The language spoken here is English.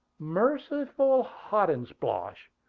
merciful hotandsplosh!